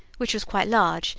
which was quite large,